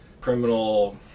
Criminal